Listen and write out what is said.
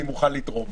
אני מוכן לתרום.